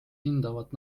hindavad